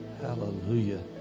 Hallelujah